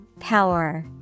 Power